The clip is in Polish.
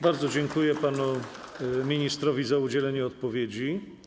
Bardzo dziękuję panu ministrowi za udzielenie odpowiedzi.